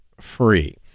free